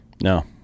No